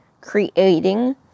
creating